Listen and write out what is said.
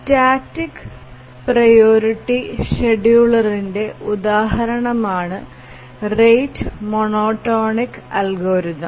static priority ഷെഡ്യൂളറിന്റെ ഉദാഹരണമാണ് rate monotonic algorithm